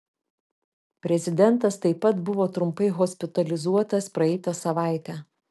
prezidentas taip pat buvo trumpai hospitalizuotas praeitą savaitę